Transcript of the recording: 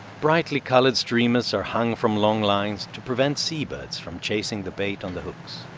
brightly-colored streamers are hung from long lines to prevent seabirds from chasing the bait on the hooks.